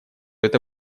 это